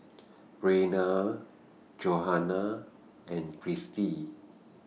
Rayna Johanna and Kirstie